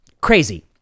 Crazy